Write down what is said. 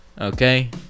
okay